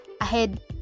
ahead